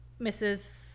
Mrs